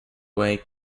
way